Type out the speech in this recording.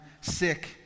sick